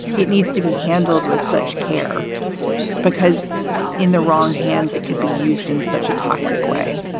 it needs to be handled with such care because in the wrong hands, it could be used in such a toxic way,